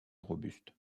robustes